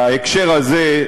בהקשר הזה,